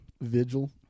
Vigil